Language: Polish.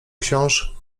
książ